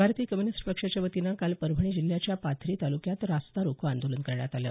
भारतीय कम्युनिस्ट पक्षाच्या वतीनं काल परभणी जिल्ह्याच्या पाथरी तालुक्यात रस्ता रोको आंदोलन करण्यात आलं